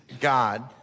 God